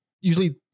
usually